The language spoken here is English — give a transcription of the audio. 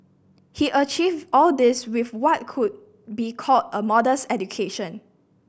he achieved all this with why could be called a modest education